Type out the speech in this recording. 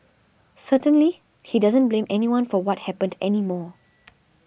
certainly he doesn't blame anyone for what happened anymore